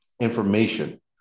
information